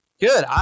Good